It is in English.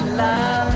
love